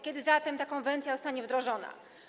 Kiedy zatem ta konwencja zostanie wdrożona?